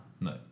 No